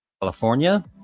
California